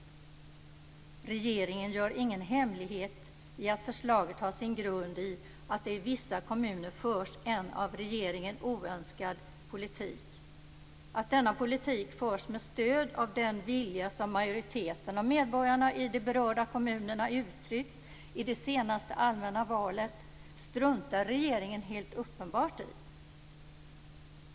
Regeringen gör ingen hemlighet av att förslaget har sin grund i att det i vissa kommuner förs en av regeringen oönskad politik. Att denna politik förs med stöd av den vilja som majoriteten av medborgarna i de berörda kommunerna uttryckt i det senaste allmänna valet struntar regeringen helt uppenbart i.